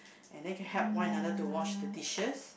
and then can help one another to wash the dishes